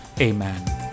Amen